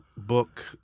book